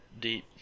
deep